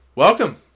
Welcome